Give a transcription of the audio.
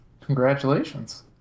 Congratulations